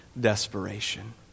desperation